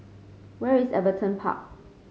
where is Everton Park